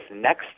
next